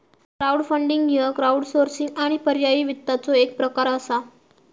crowdfunding ह्य crowdsourcing आणि पर्यायी वित्ताचो एक प्रकार असा